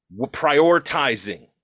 prioritizing